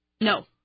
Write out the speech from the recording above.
No